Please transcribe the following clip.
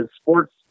sports